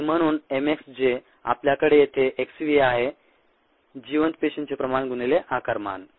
आणि म्हणून m x जे आपल्याकडे येथे x v आहे जिवंत पेशींचे प्रमाण गुणिले आकारमान